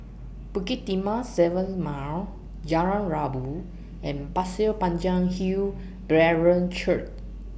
Bukit Timah seven Mile Jalan Rabu and Pasir Panjang Hill Brethren Church